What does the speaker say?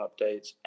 updates